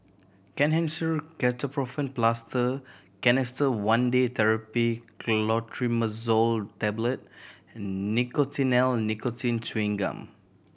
Kenhancer Ketoprofen Plaster Canesten One Day Therapy Clotrimazole Tablet and Nicotinell Nicotine Chewing Gum